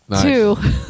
two